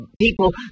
people